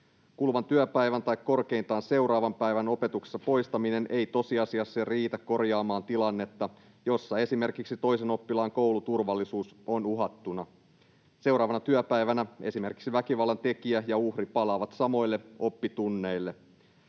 Kuluvan työpäivän tai korkeintaan seuraavan päivän opetuksesta poistaminen ei tosiasiassa riitä korjaamaan tilannetta, jossa esimerkiksi toisen oppilaan kouluturvallisuus on uhattuna. Seuraavana työpäivänä esimerkiksi väkivallantekijä ja uhri palaavat samoille oppitunneille.